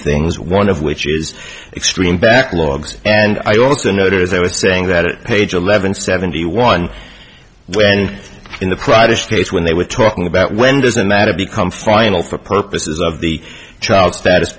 things one of which is extreme backlogs and i also noted as i was saying that page eleven seventy one when in the privacy case when they were talking about when does a matter become final for purposes of the child status